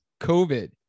covid